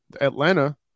Atlanta